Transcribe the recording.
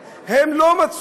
הם לא חברים ברשימה המשותפת,